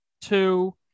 two